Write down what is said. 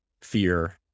fear